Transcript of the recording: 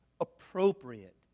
appropriate